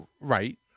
Right